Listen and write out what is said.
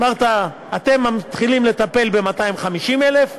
אמרת: אתם מתחילים לטפל ב-250,000,